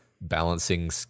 balancing